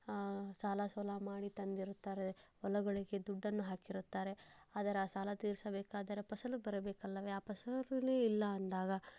ಸಾಲ ಸೋಲ ಮಾಡಿ ತಂದಿರುತ್ತಾರೆ ಹೊಲಗಳಿಗೆ ದುಡ್ಡನ್ನು ಹಾಕಿರುತ್ತಾರೆ ಆದರೆ ಆ ಸಾಲ ತೀರಿಸಬೇಕಾದರೆ ಫಸಲು ಬರಬೇಕಲ್ಲವೇ ಆ ಫಸುಲು ಇಲ್ಲ ಅಂದಾಗ